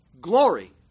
glory